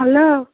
hello